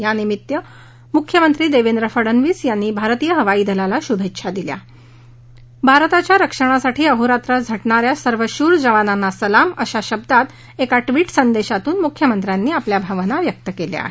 त्यानिमित्त मुख्यमंत्री देवेंद्र फडनवीस यांनी भारतीय हवाई दलाला शुभेच्छा दिल्या आहेत भारताच्या रक्षणासाठी अहोरात्र झटणाऱ्या सर्व शूर जवानांना सलाम अशा शब्दात एका ट्विटसंदेशातून मुख्यमंत्र्यांनी आपल्या भावना व्यक्त केल्या आहेत